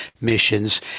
missions